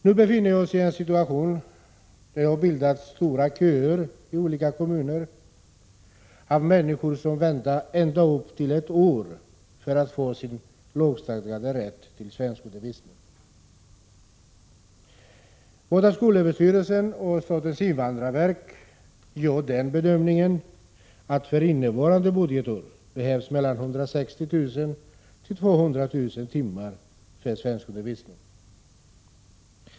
Nu befinner vi oss i en situation där det i olika kommuner har bildats långa köer av människor som väntar ända upp till ett år för att få sin lagstadgade rätt till svenskundervisning. Både skolöverstyrelsen och statens invandrarverk gör den bedömningen att det för innevarande budgetår behövs mellan 160 000 och 200 000 timmar för svenskundervisningen.